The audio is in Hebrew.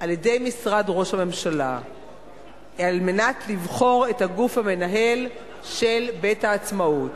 על-ידי משרד ראש הממשלה על מנת לבחור את הגוף המנהל של בית-העצמאות.